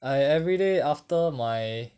I everyday after my